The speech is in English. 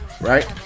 right